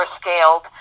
scaled